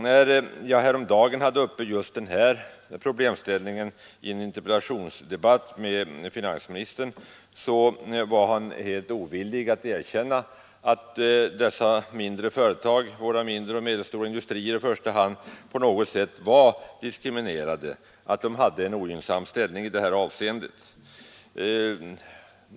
När jag häromdagen tog upp just den här problemställningen i en interpellationsdebatt med finansministern var han helt ovillig att erkänna att våra mindre och medelstora industrier på något sätt var diskriminerade, att de hade en ogynnsam ställning i det här avseendet.